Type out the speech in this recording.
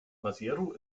maseru